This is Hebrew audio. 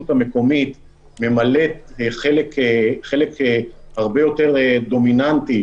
המקומית ממלאת חלק הרבה יותר דומיננטי,